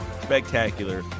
spectacular